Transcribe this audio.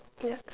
ya